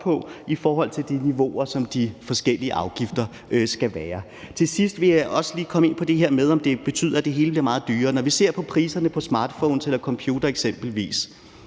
i forhold til de niveauer, som de forskellige afgifter skal være på. Til sidst vil jeg også lige komme ind på det her med, om det betyder, at det hele bliver meget dyrere. Når vi ser på priserne på smartphones eller computere eksempelvis,